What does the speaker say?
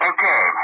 Okay